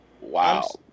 Wow